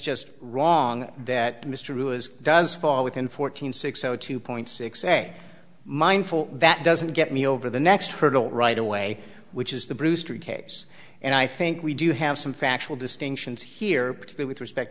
just wrong that mr rule as does fall within fourteen six o two point six say mindful that doesn't get me over the next hurdle right away which is the brewster case and i think we do have some factual distinctions here to be with respect